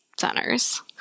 centers